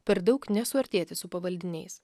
per daug nesuartėti su pavaldiniais